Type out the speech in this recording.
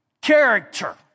character